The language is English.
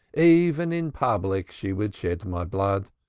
even in public she would shed my blood.